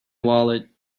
wallet